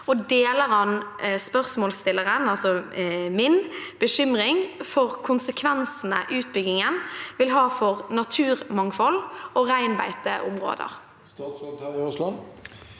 og deler han spørsmålsstillerens bekymring for konsekvensene utbyggingen vil ha for naturmangfold og reinbeiteområder?» Statsråd Terje